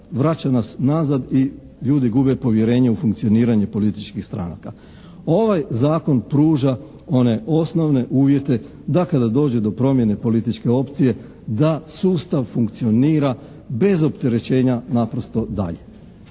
vraća nas nazad i ljudi gube povjerenje u funkcioniranje političkih stranaka. Ovaj zakon pruža one osnovne uvjete da kada dođe do promjene političke ocjene da sustav funkcionira bez opterećenja naprosto dalje.